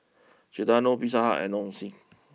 Giordano Pizza Hut and Nong Shim